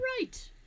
right